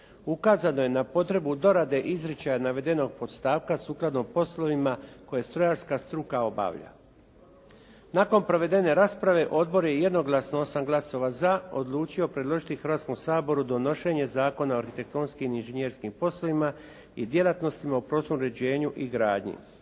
Ukazano je na potrebu dorade izričaja navedenog podstavka sukladno poslovima koje strojarska struka obavlja. Nakon provedene rasprave odbor je jednoglasno 8 glasova za odlučio predložiti Hrvatskom saboru donošenje Zakona o arhitektonskim i inženjerskim poslovima i djelatnostima u prostornom uređenju i gradnji.